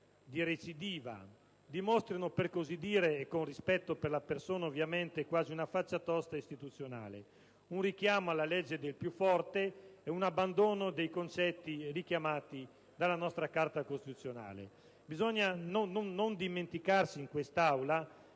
di recidiva dimostrino - ovviamente, con rispetto per la persona - quasi una faccia tosta istituzionale, un richiamo alla legge del più forte e un abbandono dei concetti richiamati dalla nostra Carta costituzionale. Non bisogna dimenticare in quest'Aula